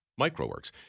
MicroWorks